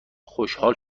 خوشحال